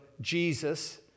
Jesus